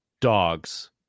dogs